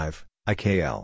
I-K-L